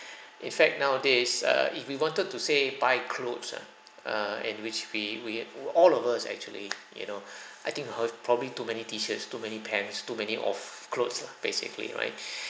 in fact nowadays err if we wanted to say buy clothes ah err and which we we oo all of us actually you know I think her probably too many T-shirts too many pants too many of clothes lah basically right